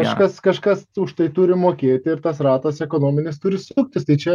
kažkas kažkas už tai turi mokėti ir tas ratas ekonominis turi suktis tai čia